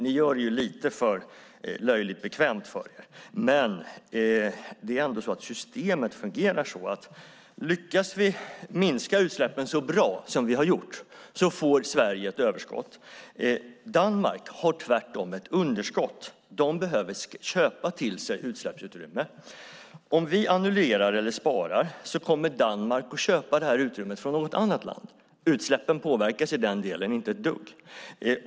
Ni gör det lite för löjligt bekvämt för er. Det är ändå så att systemet fungerar så att lyckas vi minska utsläppen så bra som Sverige har gjort får Sverige ett överskott. Danmark har tvärtemot ett underskott. Det behöver köpa till sig ett utsläppsutrymme. Om vi annullerar eller sparar kommer Danmark att köpa utrymmet från något annat land. Utsläppen påverkas i den delen inte ett dugg.